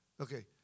Okay